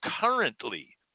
currently